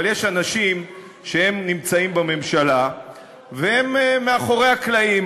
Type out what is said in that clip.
אבל יש אנשים שנמצאים בממשלה והם מאחורי הקלעים,